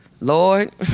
Lord